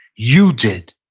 you did.